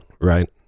Right